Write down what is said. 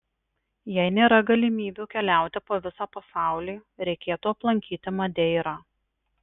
jei nėra galimybių keliauti po visą pasaulį reikėtų aplankyti madeirą